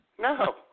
No